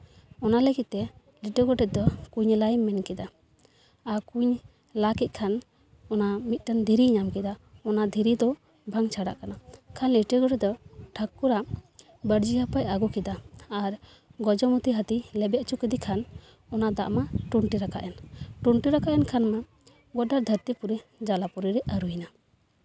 ᱚᱱᱟ ᱞᱟᱹᱜᱤᱫ ᱛᱮ ᱞᱤᱴᱟᱹ ᱜᱳᱰᱮᱛ ᱫᱚ ᱠᱩᱸᱧ ᱞᱟᱭ ᱢᱮᱱ ᱠᱮᱫᱟ ᱟᱨ ᱚᱱᱟ ᱠᱩᱸᱧ ᱞᱟᱜ ᱠᱮᱜ ᱠᱷᱟᱱ ᱢᱤᱫᱴᱟᱱ ᱫᱷᱤᱨᱤᱭ ᱧᱟᱢ ᱠᱮᱫᱟ ᱚᱱᱟ ᱫᱷᱤᱨᱤ ᱫᱚ ᱵᱟᱝ ᱪᱷᱟᱰᱟᱜ ᱠᱟᱱᱟ ᱠᱷᱟᱱ ᱞᱤᱴᱟᱹ ᱜᱚᱰᱮᱛ ᱫᱚ ᱴᱷᱟᱹᱠᱩᱨᱟᱜ ᱵᱟᱹᱨᱪᱷᱤ ᱦᱟᱯᱟᱭ ᱟᱹᱜᱩ ᱠᱮᱫᱟ ᱟᱨ ᱜᱚᱡᱚᱢᱚᱛᱤ ᱦᱟᱹᱛᱤ ᱞᱮᱵᱮᱫ ᱦᱚᱪᱚ ᱠᱮᱫᱮ ᱠᱷᱟᱱ ᱚᱱᱟ ᱫᱟᱜ ᱢᱟ ᱴᱩᱱᱴᱤ ᱨᱟᱠᱟᱵ ᱮᱱ ᱴᱩᱱᱴᱤ ᱨᱟᱠᱟᱵ ᱮᱱ ᱠᱷᱟᱱ ᱢᱟ ᱜᱳᱴᱟ ᱫᱷᱟᱹᱨᱛᱤᱯᱩᱨᱤ ᱡᱟᱞᱟᱯᱩᱨᱤ ᱨᱮ ᱟᱹᱨᱩᱭᱮᱱᱟ